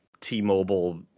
t-mobile